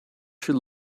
should